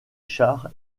chars